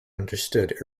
understood